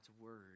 word